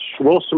Wilson